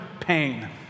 pain